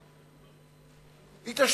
יתעשתו.